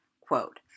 quote